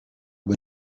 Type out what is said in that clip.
but